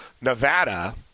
Nevada